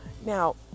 Now